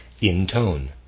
intone